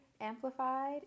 Amplified